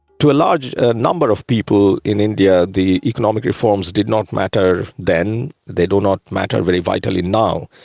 to a large number of people in india the economic reforms did not matter then they do not matter very vitally now.